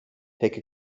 take